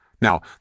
Now